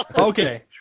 Okay